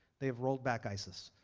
they have rolled back isis.